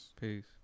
Peace